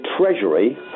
Treasury